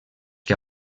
que